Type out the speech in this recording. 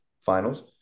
finals